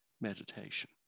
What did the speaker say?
meditation